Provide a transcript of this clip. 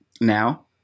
now